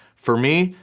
for me,